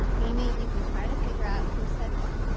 amy you can try to figure out who said what.